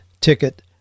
ticket